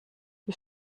wie